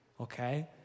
okay